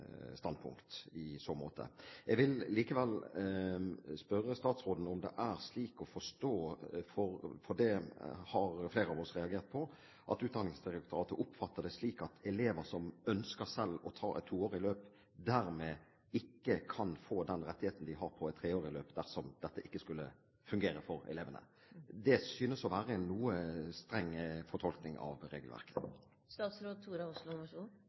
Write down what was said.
standpunkt i så måte. Jeg vil likevel spørre statsråden om det er slik å forstå, for det har flere av oss reagert på, at Utdanningsdirektoratet oppfatter det slik at elever som selv ønsker å ta et toårig løp, dermed ikke kan få den rettigheten de har på et treårig løp dersom dette ikke skulle fungere for elevene. Det synes å være en noe streng fortolkning av